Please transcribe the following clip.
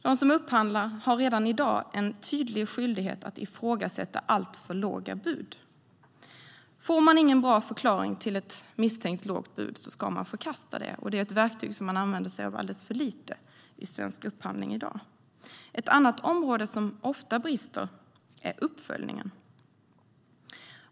De som upphandlar har redan i dag en tydlig skyldighet att ifrågasätta alltför låga bud. Får man ingen bra förklaring till ett misstänkt lågt bud ska man förkasta det. Det är ett verktyg som man använder sig av alldeles för lite i svensk upphandling i dag. Ett annat område som ofta brister är uppföljningen.